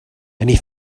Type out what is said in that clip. and